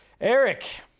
Eric